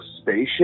spaceship